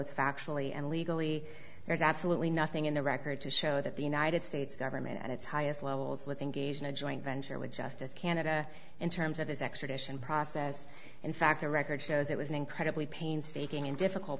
factually and legally there is absolutely nothing in the record to show that the united states government at its highest levels was engaged in a joint venture with justice canada in terms of his extradition process in fact the record shows it was an incredibly painstaking and difficult